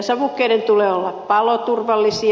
savukkeiden tulee olla paloturvallisia